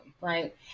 right